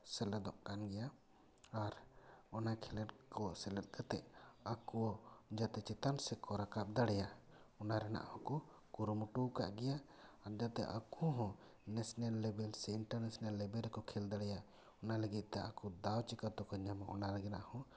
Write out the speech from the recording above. ᱥᱮᱞᱮᱫᱚᱜ ᱠᱟᱱ ᱜᱮᱭᱟ ᱟᱨ ᱚᱱᱟ ᱠᱷᱮᱞᱳᱰ ᱠᱚ ᱥᱮᱞᱮᱫ ᱠᱟᱛᱮ ᱟᱠᱚ ᱡᱟᱛᱮ ᱪᱮᱛᱟᱱ ᱥᱮᱡᱫ ᱠᱚ ᱨᱟᱠᱟᱵ ᱫᱟᱲᱮᱭᱟᱜ ᱚᱱᱟ ᱨᱮᱱᱟᱜ ᱦᱚᱠᱚ ᱠᱩᱨᱩ ᱢᱩᱴᱩ ᱟᱠᱟᱫ ᱜᱮᱭᱟ ᱟᱨ ᱡᱟᱛᱮ ᱟᱠᱚ ᱦᱚᱸ ᱱᱮᱥᱱᱮᱞ ᱞᱮᱵᱮᱞ ᱥᱮ ᱤᱱᱴᱟᱨ ᱱᱮᱥᱱᱮᱞ ᱞᱮᱵᱮᱞ ᱨᱮᱠᱚ ᱠᱷᱮᱞ ᱫᱟᱲᱮᱭᱟᱜ ᱚᱱᱟ ᱞᱟᱹᱜᱤᱫ ᱟᱠᱚ ᱫᱟᱣ ᱪᱤᱠᱟᱹ ᱛᱮᱠᱚ ᱧᱟᱢᱟ ᱚᱱᱟ ᱨᱮᱱᱟᱜ ᱦᱚᱸ ᱟᱠᱚ ᱠᱚ ᱠᱩᱨᱩ ᱢᱩᱴᱩ ᱟᱠᱟᱫ ᱜᱮᱭᱟ